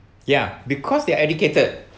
yeah because they are educated